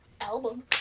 Album